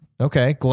Okay